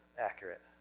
accurate